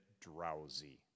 drowsy